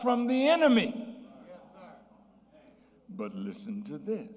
from the enemy but listen to this